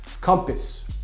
Compass